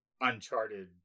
Uncharted